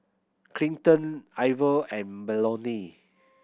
Clinton Iver and Melony